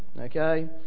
okay